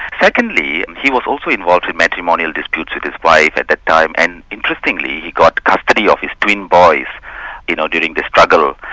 secondly, he was also involved in matrimonial disputes with his wife at that time, and interestingly, he got custody of his twin boys you know during the struggle,